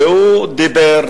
והוא דיבר,